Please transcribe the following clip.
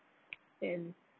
and